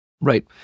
Right